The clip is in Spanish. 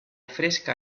fresca